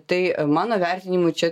tai mano vertinimu čia